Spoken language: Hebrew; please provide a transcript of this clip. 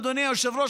אדוני היושב-ראש,